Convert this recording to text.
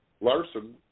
Larson